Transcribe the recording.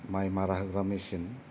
माइ मारा होग्रा मेसिन